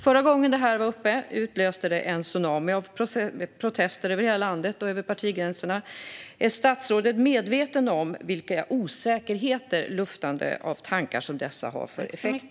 Förra gången denna fråga var uppe utlöste det en tsunami av protester över hela landet och över partigränserna. Är statsrådet medveten om vilka osäkerheter luftande av tankar som dessa har som effekt?